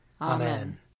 Amen